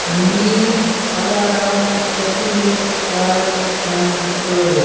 میٲنۍ alarm settings کر confirm